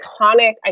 iconic